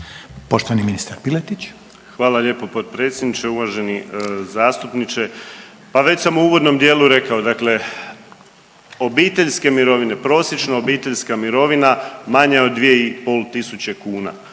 Marin (HDZ)** Hvala lijepo potpredsjedniče. Uvaženi zastupniče, pa već sam u uvodnom dijelu rekao, dakle obiteljske mirovine, prosječna obiteljska mirovina manja je od 2.500 kuna,